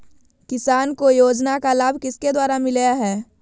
किसान को योजना का लाभ किसके द्वारा मिलाया है?